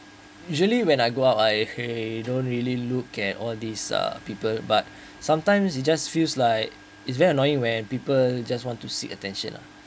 usually when I go out I I can don't really look at all these uh people but sometimes you just feels like it's very annoying when people just want to seek attention lah